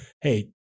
Hey